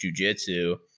jujitsu